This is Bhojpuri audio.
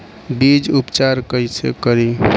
बीज उपचार कईसे करी?